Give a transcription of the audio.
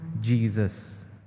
Jesus